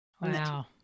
wow